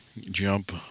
jump –